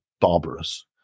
barbarous